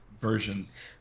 versions